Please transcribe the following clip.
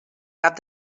cap